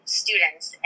students